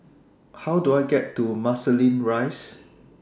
How Do I get to Marsiling Rise